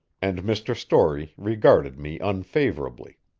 and mr. storey regarded me unfavorably.